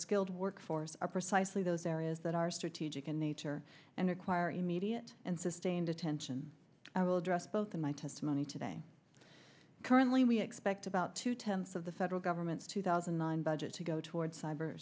skilled workforce are precisely those areas that are strategic in nature and require immediate and sustained attention i will address both in my testimony today currently we expect about two tenths of the federal government's two thousand and nine budget to go toward